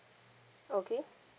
okay